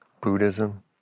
Buddhism